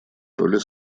роли